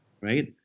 right